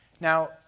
now